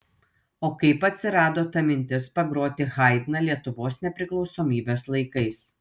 o kaip atsirado ta mintis pagroti haidną lietuvos nepriklausomybės laikais